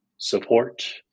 support